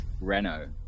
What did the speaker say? Renault